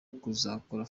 kuzakora